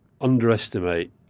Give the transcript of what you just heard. underestimate